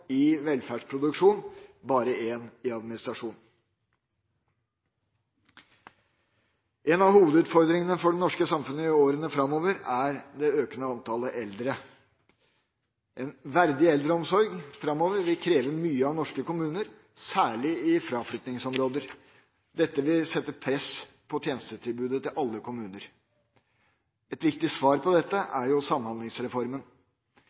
i velferdsproduksjon, bare én i administrasjon. En av hovedutfordringene for det norske samfunnet i årene framover er det økende antallet eldre. En verdig eldreomsorg framover vil kreve mye av norske kommuner, særlig i fraflyttingsområder. Dette vil legge press på tjenestetilbudet i alle kommuner. Et viktig svar på